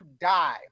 die